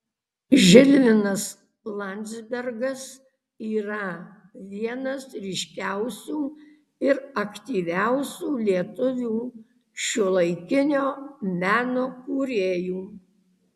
žilvinas landzbergas yra vienas ryškiausių ir aktyviausių lietuvių šiuolaikinio meno kūrėjų